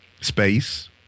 Space